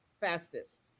fastest